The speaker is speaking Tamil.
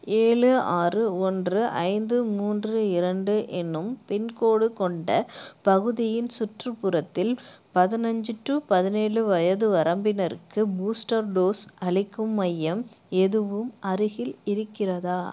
ஏழு ஆறு ஒன்று ஐந்து மூன்று இரண்டு எனும் பின்கோட் கொண்ட பகுதியின் சுற்றுப்புறத்தில் பதினஞ்சு டு பதினேழு வயது வரம்பினருக்கு பூஸ்டர் டோஸ் அளிக்கும் மையம் எதுவும் அருகில் இருக்கிறதா